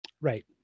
Right